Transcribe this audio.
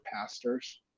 pastors